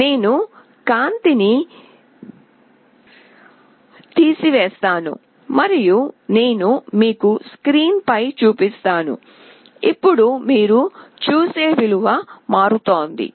నేను కాంతిని తీసివేస్తాను మరియు నేను మీకు స్క్రీన్ ఫై చూపిస్తాను ఇప్పుడు మీరు చూసే విలువ మారుతుంది